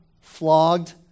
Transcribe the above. flogged